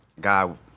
God